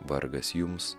vargas jums